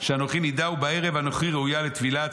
שאנכי נידה ובערב אנכי ראויה לטבילה.